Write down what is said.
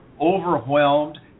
overwhelmed